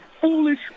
foolish